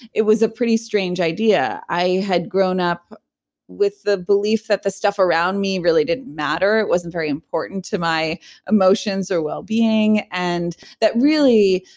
it was a pretty strange idea. i had grown up with the belief that the stuff around me really didn't matter. it wasn't very important to my emotions or well-being and that really,